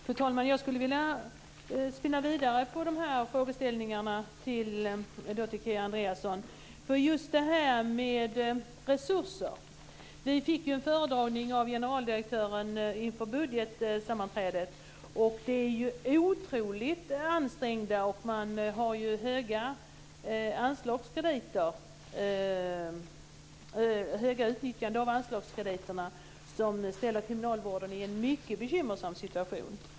Fru talman! Jag skulle vilja spinna vidare på frågeställningarna till Kia Andreasson. När det gäller just resurser fick vi en föredragning av generaldirektören inför budgetsammanträdet. De är otroligt ansträngda, och man har ett högt utnyttjande av anslagskrediterna. Det ställer kriminalvården i en mycket bekymmersam situation.